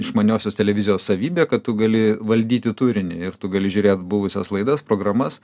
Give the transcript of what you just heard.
išmaniosios televizijos savybė kad tu gali valdyti turinį ir tu gali žiūrėt buvusias laidas programas